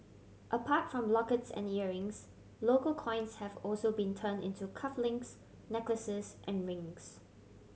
apart from lockets and earrings local coins have also been turned into cuff links necklaces and rings